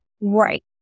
Right